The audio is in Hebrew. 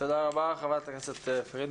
תודה רבה, חברת הכנסת פרידמן.